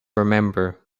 remember